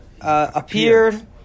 appeared